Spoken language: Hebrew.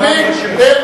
מספיק.